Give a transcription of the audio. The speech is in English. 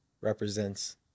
represents